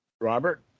Robert